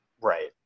Right